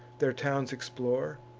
their towns explore,